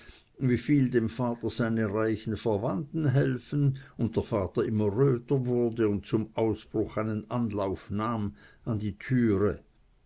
wieviel dem vater seine reichen verwandten helfen und der vater immer röter wurde und zum ausbruch einen anlauf nahm an die türe